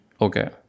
okay